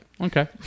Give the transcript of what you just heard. Okay